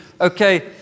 okay